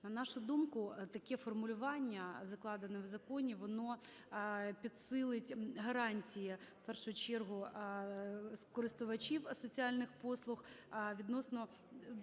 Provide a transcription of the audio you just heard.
На нашу думку, таке формулювання, закладене в законі, воно підсилить гарантії, в першу чергу, користувачів соціальних послуг відносно